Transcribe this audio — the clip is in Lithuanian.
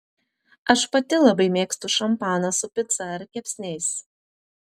aš pati labai mėgstu šampaną su pica ar kepsniais